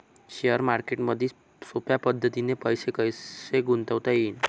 Share मार्केटमधी सोप्या पद्धतीने पैसे कसे गुंतवता येईन?